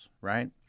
Right